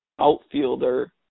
outfielder